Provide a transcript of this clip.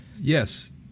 Yes